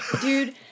Dude